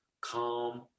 calm